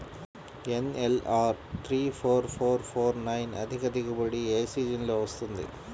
NLR three four four four nine అధిక దిగుబడి ఏ సీజన్లలో వస్తుంది?